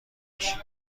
بکشید